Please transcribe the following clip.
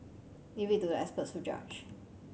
leave it to the experts to judge